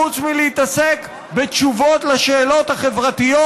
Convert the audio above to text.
חוץ מלהתעסק בתשובות לשאלות החברתיות